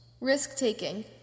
risk-taking